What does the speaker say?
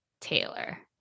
Taylor